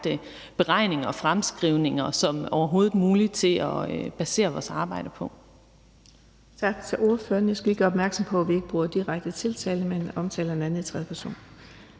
beregninger og fremskrivninger som overhovedet muligt til at basere vores arbejde på. Kl. 15:39 Den fg. formand (Birgitte Vind): Tak til ordføreren. Jeg skal lige gøre opmærksom på, at vi ikke bruger direkte tiltale, men omtaler hinanden i tredje person.